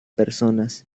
personas